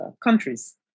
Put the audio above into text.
countries